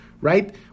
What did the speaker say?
Right